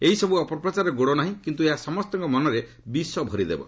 ଏହିସବୁ ଅପପ୍ରଚାରର ଗୋଡ଼ ନାହିଁ କିନ୍ତୁ ଏହା ସମସ୍ତଙ୍କ ମନରେ ବିଷ ଭରିଦେବ